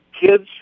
kids